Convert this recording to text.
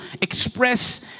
express